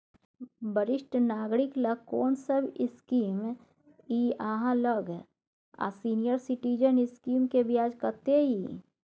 वरिष्ठ नागरिक ल कोन सब स्कीम इ आहाँ लग आ सीनियर सिटीजन स्कीम के ब्याज कत्ते इ?